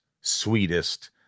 sweetest